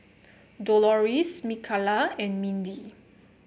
Doloris Mikalah and Mindi